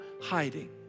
hiding